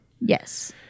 Yes